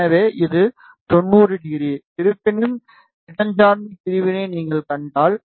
எனவே இது 900 இருப்பினும் இடஞ்சார்ந்த பிரிவினை நீங்கள் கண்டால்